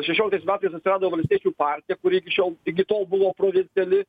šešioliktais metais atsirado valstiečių partija kuri iki šiol iki tol buvo provinciali